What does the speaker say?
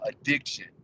addiction